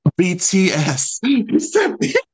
BTS